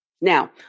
Now